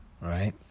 right